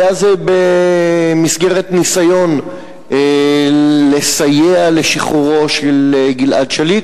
היה זה במסגרת ניסיון לסייע לשחרורו של גלעד שליט